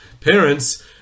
parents